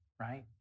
Right